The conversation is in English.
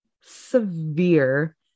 severe